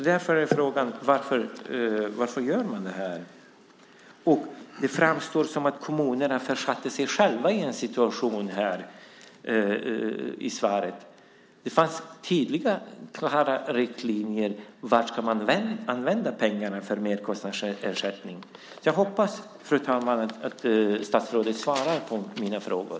Därför är frågan: Varför gör man detta? Det framstår i svaret som om kommunerna försatte sig själva i denna situation. Det fanns tydliga och klara riktlinjer för vad pengarna för merkostnadsersättningen skulle användas till. Jag hoppas, fru talman, att statsrådet svarar på mina frågor.